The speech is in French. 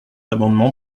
amendement